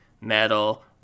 metal